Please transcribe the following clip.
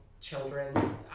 children